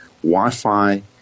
Wi-Fi